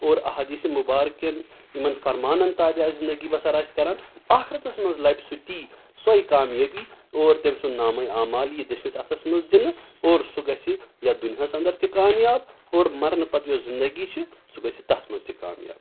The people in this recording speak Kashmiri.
اور احادیٖثہِ مُبارکہِ کیٚن یِمَن فَرمانَن تابع آسہِ زِندگی بَسَرآسہِ کَران آخرَتَس مَنٛز لَبہِ سُہ تی سۅے کامیٲبی اور تٔمۍ سُنٛد نامٔے اعمال یی دٔچھنِس اَتھَس مَنٛز دِنہٕ اور سُہ گَژھہِ یَتھ دُنیاہَس اَنٛدر تہِ کامیاب اور مَرنہٕ پَتہٕ یۄس زندگی چھِ سُہ گَژھہِ تَتھ مَنٛز تہِ کامیاب